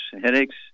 headaches